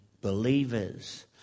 believers